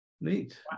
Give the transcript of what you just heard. Neat